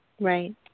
Right